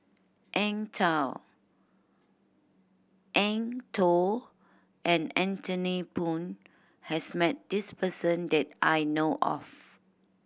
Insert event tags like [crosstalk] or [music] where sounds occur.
Eng [unintelligible] Eng Tow and Anthony Poon has met this person that I know of